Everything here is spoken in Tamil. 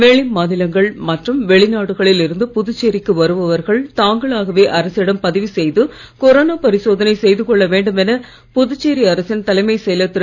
வெளி மாநிலங்கள் மற்றும் வெளி நாடுகளில் இருந்து புதுச்சேரிக்கு வருபவர்கள் தாங்களாகவே அரசிடம் பதிவு செய்து கொரோனா பரிசோதனை செய்து கொள்ள வேண்டும் என புதுச்சேரி அரசின் தலைமைச் செயலர் திரு